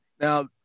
Now